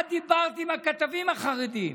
את דיברת עם הכתבים החרדים,